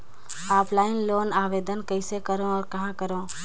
Offline loan आवेदन कइसे करो और कहाँ करो?